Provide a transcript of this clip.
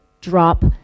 drop